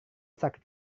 sakit